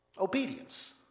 obedience